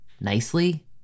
nicely